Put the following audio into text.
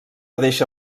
deixa